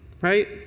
right